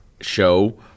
show